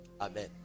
amen